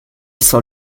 sent